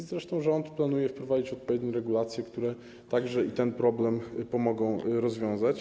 Zresztą rząd planuje wprowadzić odpowiednie regulacje, które także ten problem pomogą rozwiązać.